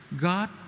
God